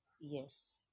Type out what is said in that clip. yes